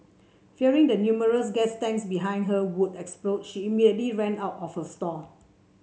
fearing the numerous gas tanks behind her would explode she immediately ran out of her stall